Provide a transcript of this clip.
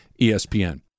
ESPN